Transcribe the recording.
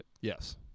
Yes